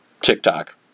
TikTok